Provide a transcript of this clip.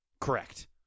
Correct